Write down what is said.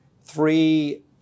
Three